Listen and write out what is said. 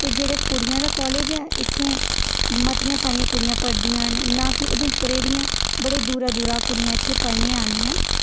ते जेह्ड़ा कुड़िये दा कालेज ऐ ते इत्थे मतियां सारियां कुड़ियां पढ़दियां न ना की उधमपुरे दियां बड़े दुरा दुरा कुड़ियां इत्थे पढ़ने गी आंदियां